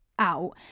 out